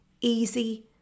easy